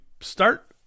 start